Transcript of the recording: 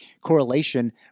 Correlation